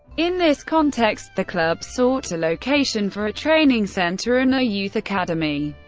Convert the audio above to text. in this context the club sought a location for a training center and a youth academy.